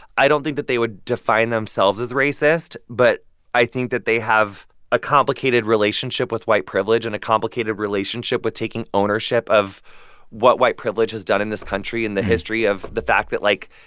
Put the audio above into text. i don't think that they would define themselves as racist, but i think that they have a complicated relationship with white privilege and a complicated relationship with taking ownership of what white privilege has done in this country and the history of the fact that, like,